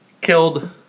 killed